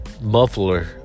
muffler